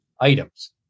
items